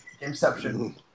Inception